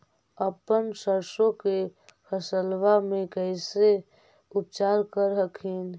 अपन सरसो के फसल्बा मे कैसे उपचार कर हखिन?